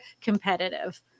competitive